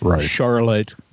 Charlotte